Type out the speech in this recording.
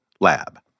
Lab